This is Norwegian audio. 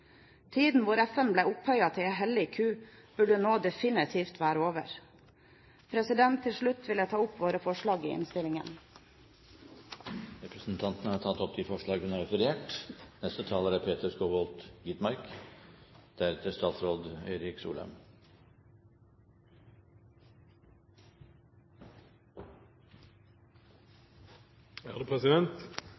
Tiden da FN var opphøyet til en hellig ku, burde nå definitivt være over. Til slutt vil jeg ta opp våre forslag i innstillingen. Representanten Kari Storstrand har tatt opp de forslagene hun har referert